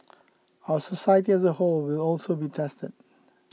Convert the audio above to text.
our society as a whole will also be tested